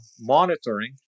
monitoring